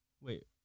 wait